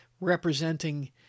representing